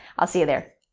i'll see you there,